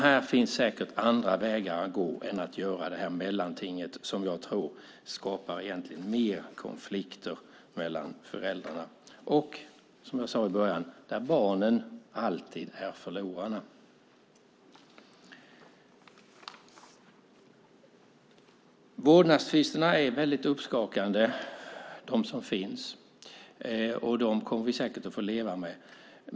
Här finns det säkert andra vägar att gå än detta mellanting som jag tror skapar än mer konflikter mellan föräldrarna och, som jag sade i början, där barnen alltid är förlorarna. Vårdnadstvisterna är väldigt uppskakande, och dem kommer vi säkert att få leva med.